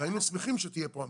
והיינו שמחים שתהיה פה אמירה.